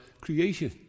creation